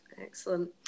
Excellent